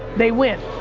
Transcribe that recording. they win.